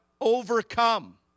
overcome